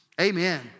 Amen